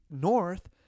North